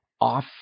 Off